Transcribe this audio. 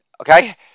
okay